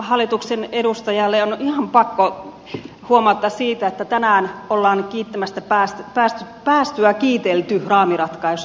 hallituksen edustajalle on ihan pakko huomauttaa siitä että tänään on kiittämästä päästyä kiitelty raamiratkaisua